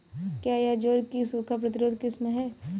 क्या यह ज्वार की सूखा प्रतिरोधी किस्म है?